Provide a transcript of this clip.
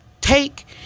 take